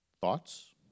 thoughts